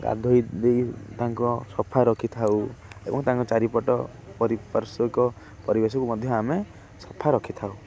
ଗାଧୋଇ ଦେଇ ତାଙ୍କ ସଫା ରଖିଥାଉ ଏବଂ ତାଙ୍କ ଚାରିପଟ ପାରିପାର୍ଶ୍ୱକ ପରିବେଶକୁ ମଧ୍ୟ ଆମେ ସଫା ରଖିଥାଉ